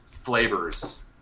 flavors